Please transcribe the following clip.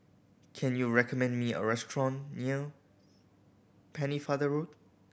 can you recommend me a restaurant near Pennefather Road